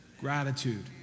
Gratitude